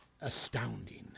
astounding